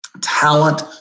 talent